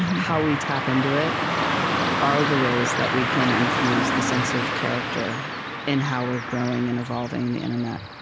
how we tap into it are the ways that we can infuse the sense of character in how we're growing and evolving the internet.